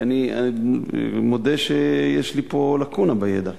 כי אני מודה שיש לי פה לקונה בידע.